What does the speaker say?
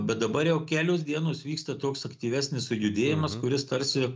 bet dabar jau kelios dienos vyksta toks aktyvesnis sujudėjimas kuris tarsi